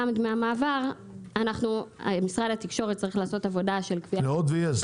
גם על דמי המעבר משרד התקשורת צריך לעשות עבודה --- להוט ויס,